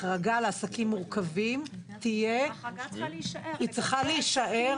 החרגה לעסקים מורכבים תישאר, היא צריכה להישאר